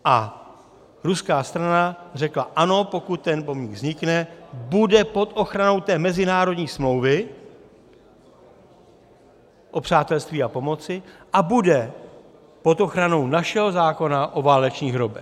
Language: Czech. A ruská strana řekla ano, pokud ten pomník vznikne, bude pod ochranou té mezinárodní smlouvy o přátelství a pomoci a bude pod ochranou našeho zákona o válečných hrobech.